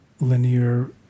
linear